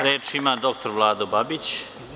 Reč ima dr Vlado Babić.